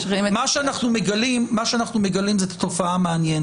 כמעט תמיד מאשרים את --- מה שאנחנו מגלים זה את התופעה המעניינת,